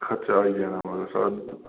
खर्चा आई जाना मतलब साढ़ा